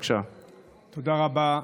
תודה רבה.